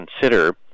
consider